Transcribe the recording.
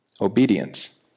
obedience